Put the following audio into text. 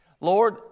Lord